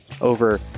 over